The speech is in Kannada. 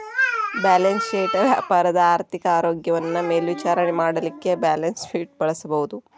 ಬ್ಯಾಲೆನ್ಸ್ ಶೇಟ್ ವ್ಯಾಪಾರದ ಆರ್ಥಿಕ ಆರೋಗ್ಯವನ್ನ ಮೇಲ್ವಿಚಾರಣೆ ಮಾಡಲಿಕ್ಕೆ ಬ್ಯಾಲನ್ಸ್ಶೇಟ್ ಬಳಸಬಹುದು